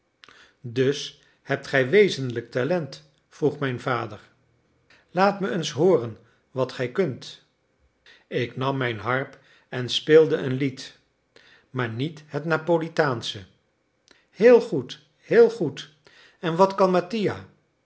dus hebt gij wezenlijk talent vroeg mijn vader laat me eens hooren wat gij kunt ik nam mijn harp en speelde een lied maar niet het napolitaansche heel goed heel goed en wat kan mattia